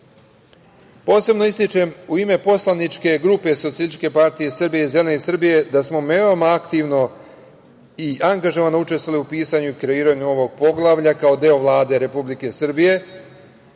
Briselu. Posebno ističem, u ime poslaničke grupe SPS i Zeleni Srbije, da smo veoma aktivno i anagažovano učestovali u pisanju i kreiranju ovog poglavlja kao deo Vlade Republike Srbije